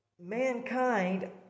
mankind